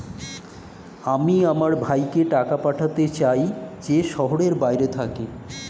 আমি আমার ভাইকে টাকা পাঠাতে চাই যে শহরের বাইরে থাকে